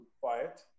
quiet